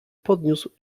podniósł